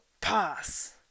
pass